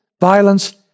violence